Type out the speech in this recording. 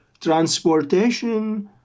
transportation